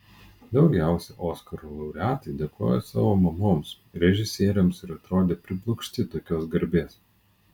daugiausiai oskarų laureatai dėkojo savo mamoms režisieriams ir atrodė priblokšti tokios garbės